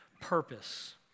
purpose